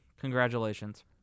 Congratulations